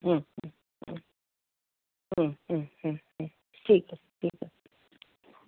হুম হুম হুম হুম হুম হুম হুম ঠিক আছে ঠিক আছে